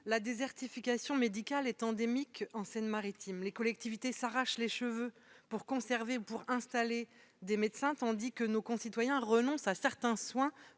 La désertification médicale est endémique en Seine-Maritime. Les responsables des collectivités locales s'arrachent les cheveux pour conserver ou installer des médecins, tandis que nos concitoyens renoncent à certains soins,